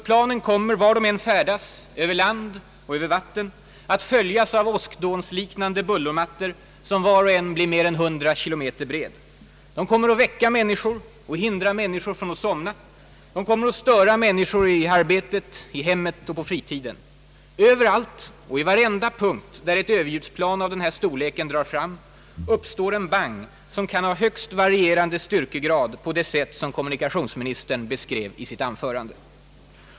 Planen kommer, var de än färdas, över land och över vatten, att följas av åskdånsliknande bullermattor, som var och en blir mer än 100 kilometer bred. De kommer att väcka människor och hindra människor från att somna, de kommer att störa människor i arbetet, i hemmet och på fritiden. Överallt och i varenda punkt där ett överljudsplan av den här storleken drar fram uppstår en bang som kan ha högst varierande styrkegrad, på det sätt som kommunikationsministern beskrev i sitt anförande.